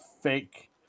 fake